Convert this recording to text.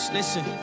Listen